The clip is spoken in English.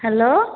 hello